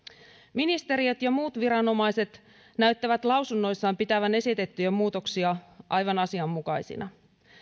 ministeriöt ja muut viranomaiset näyttävät lausunnoissaan pitävän esitettyjä muutoksia aivan asianmukaisina